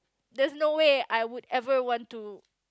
there's no way I would ever want to